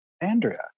Andrea